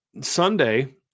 Sunday